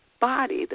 body